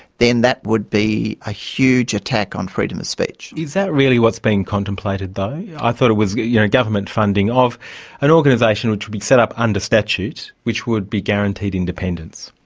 then that would be a huge attack on freedom of speech. is that really what's been contemplated, though? i thought it was, you know, government funding of an organisation which would be set up under statute which would be guaranteed independence?